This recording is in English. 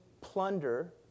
plunder